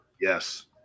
yes